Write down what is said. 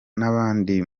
n’abandi